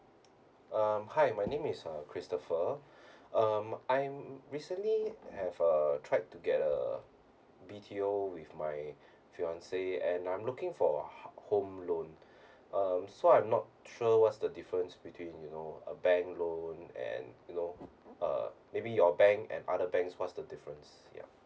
um hi my name is uh christopher um I'm recently have a tried to get a video with my fiance and I'm looking for home loan um so I'm not sure what's the difference between you know a bank loan and you know uh maybe your bank and other banks what's the difference ya